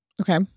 Okay